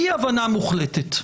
אי הבנה מוחלטת.